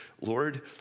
Lord